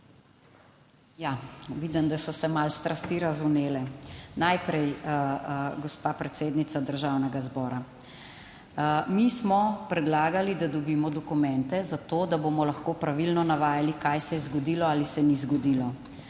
Vidim, da so se malo strasti razvnele. Najprej, gospa predsednica Državnega zbora, mi smo predlagali, da dobimo dokumente zato, da bomo lahko pravilno navajali kaj se je zgodilo ali se ni zgodilo.